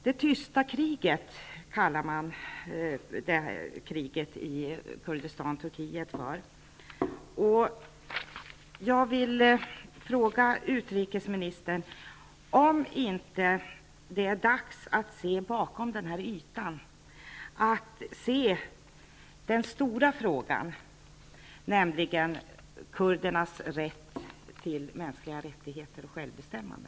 Det krig som Turkiet för i Kurdistan kallas det tysta kriget. Jag vill fråga utrikesministern om det inte är dags att se bakom kulisserna, se på den stora frågan, nämligen kurdernas rätt när det gäller mänskliga frioch rättigheter och självbestämmande.